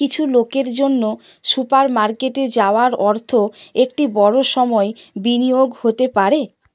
কিছু লোকের জন্য সুপার মার্কেটে যাওয়ার অর্থ একটি বড় সময় বিনিয়োগ হতে পারে